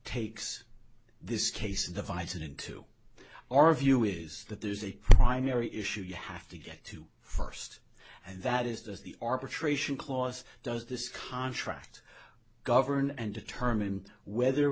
takes this case device and into our view is that there's a primary issue you have to get to first and that is the arbitration clause does this contract govern and determine whether